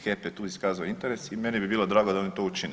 HEP je tu iskazao interes i meni bi bilo drago da oni to učine.